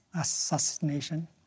assassination